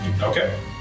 Okay